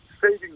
saving